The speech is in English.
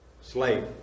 Slave